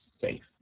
safe